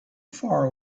far